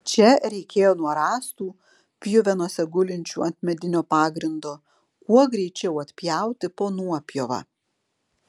čia reikėjo nuo rąstų pjuvenose gulinčių ant medinio pagrindo kuo greičiau atpjauti po nuopjovą